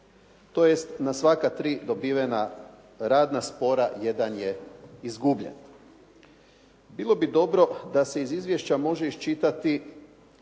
tj. na svaka tri dobivena radna spora jedan je izgubljen. Bilo bi dobro da se iz izvješća može iščitati